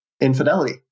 infidelity